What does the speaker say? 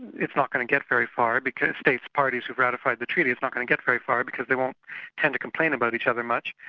it's not going to get very far because states parties would ratify the treaty it's not going to get very far because they won't tend to complain about each other much.